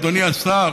אדוני השר: